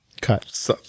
cut